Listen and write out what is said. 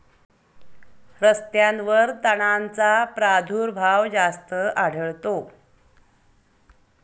रस्त्यांवर तणांचा प्रादुर्भाव जास्त आढळतो